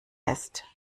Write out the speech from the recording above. ist